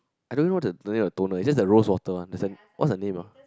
I don't know even know the the name of the toner is it the rose water one there's a what's the name ah